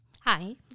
Hi